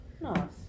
Nice